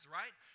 right